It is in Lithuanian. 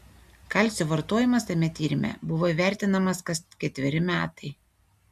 kalcio vartojimas tame tyrime buvo įvertinamas kas ketveri metai